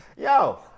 Yo